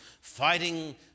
fighting